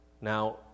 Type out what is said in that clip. Now